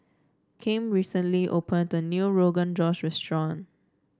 Kem recently opened a new Rogan Josh restaurant